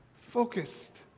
focused